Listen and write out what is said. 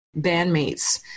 bandmates